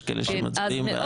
יש כאלה שמצביעים בעד.